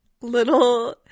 little